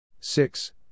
six